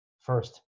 first